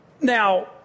Now